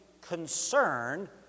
concern